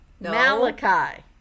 malachi